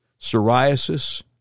psoriasis